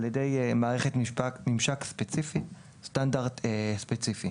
על ידי מערכת ממשק ספציפית בסטנדרט ספציפי.